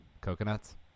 coconuts